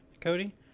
Cody